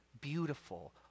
beautiful